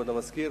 כבוד המזכיר.